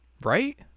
Right